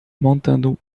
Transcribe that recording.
montando